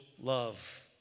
love